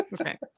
Okay